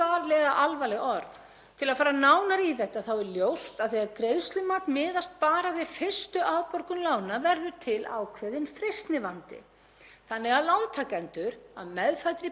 þannig að lántakendur, af meðfæddri bjartsýni eða vanþekkingu á eðli verðtryggðra lána, ætli sér um of og kaupi dýrari eignir en annars sem kallar á enn hærri lán.